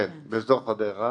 כן, באזור חדרה.